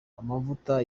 amavuta